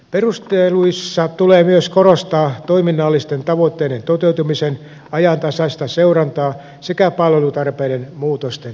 perusteluissa tulee myös korostaa toiminnallisten tavoitteiden toteutumisen ajantasaista seurantaa sekä palvelutarpeiden muutosten ennakointia